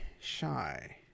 shy